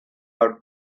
out